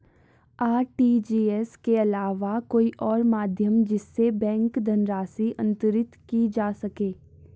RTGS के अलावा कोई और माध्यम जिससे बैंक धनराशि अंतरित की जा सके?